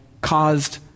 caused